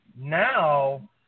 Now